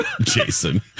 Jason